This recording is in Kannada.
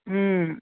ಹ್ಞೂ